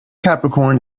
capricorn